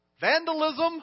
vandalism